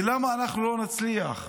למה שאנחנו לא נצליח?